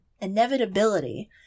inevitability